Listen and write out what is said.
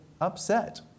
upset